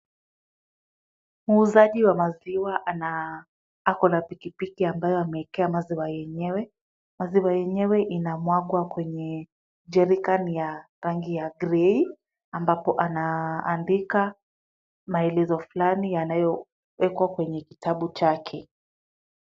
Muhuzaji wa maziwa ana ako na pikipiki ambayo ameekea maziwa yenyewe, maziwa yenyewe ina mwagwa kwenye jerrycan ya rangi ya gray , ambapo anaandika maelezo fulani yanayo eka kwenye kitabu chake.